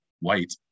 white